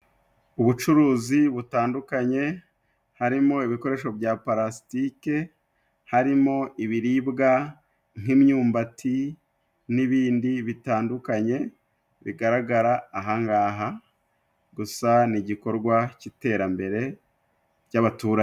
Ubucuruzi butandukanye, harimo ibikoresho bya parasitike. Harimo ibiribwa nk'imyumbati n'ibindi bitandukanye, bigaragara aha ngaha. Gusa ni igikorwa cy'iterambere ry'abaturage.